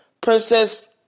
Princess